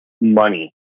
money